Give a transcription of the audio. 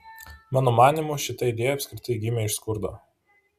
mano manymu šita idėja apskritai gimė iš skurdo